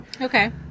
Okay